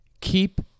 keep